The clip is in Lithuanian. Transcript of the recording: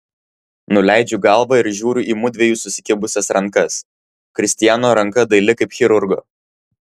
nuleidžiu galvą ir žiūriu į mudviejų susikibusias rankas kristiano ranka daili kaip chirurgo